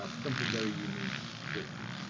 ah something very unique to britain,